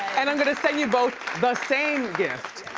and i'm gonna send you both the same gift.